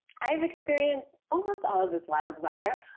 i've experienced almost all of this wilds weather.